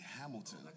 Hamilton